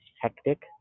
hectic